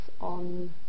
on